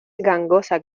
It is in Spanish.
gangosa